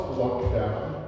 lockdown